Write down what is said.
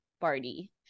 party